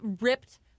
ripped